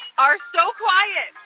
are so quiet.